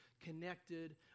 connected